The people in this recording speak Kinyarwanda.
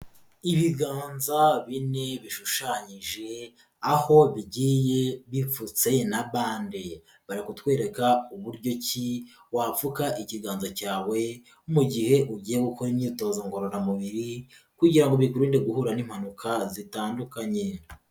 Ibiganza bine bishushanyije, aho bigiye bifputse na bande. Bari kutwereka uburyo ki wapfuka ikiganza cyawe mu gihe ugiye gukora imyitozo ngororamubiri kugira ngo bikurinde guhura n'impanuka zitandukanye.